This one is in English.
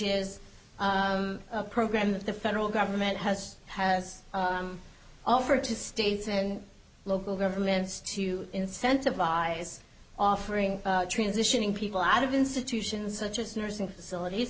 is a program that the federal government has has offered to states and local governments to incentivize offering transitioning people out of institutions such as nursing facilities